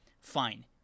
Fine